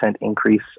increase